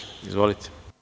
Izvolite.